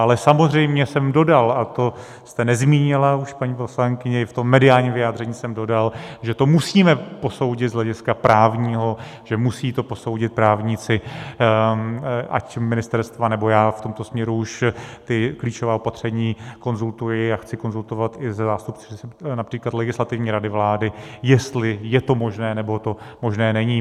Ale samozřejmě jsem dodal a to jste už nezmínila, paní poslankyně i v tom mediálním vyjádření jsem dodal, že to musíme posoudit z hlediska právního, že to musí posoudit právníci, ať ministerstva, nebo já v tomto směru už ta klíčová opatření konzultuji a chci konzultovat i se zástupci například Legislativní rady vlády, jestli je to možné, nebo to možné není.